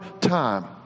time